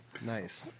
Nice